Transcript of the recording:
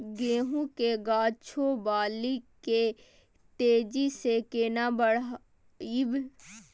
गेहूं के गाछ ओ बाली के तेजी से केना बढ़ाइब?